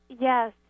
Yes